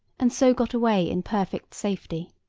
and so got away in perfect safety.